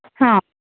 हां